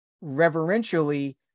reverentially